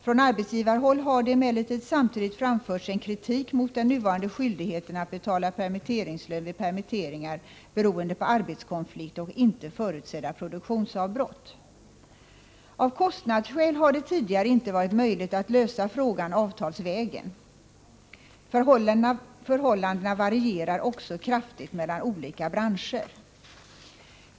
Från arbetsgivarhåll har det emellertid samtidigt framförts en kritik mot den nuvarande skyldigheten att betala permitteringslön vid permitteringar beroende på arbetskonflikt och inte förutsedda produktionsavbrott. Av kostnadsskäl har det tidigare inte varit möjligt att lösa frågan avtalsvägen. Förhållandena varierar också kraftigt mellan olika branscher.